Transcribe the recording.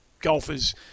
golfers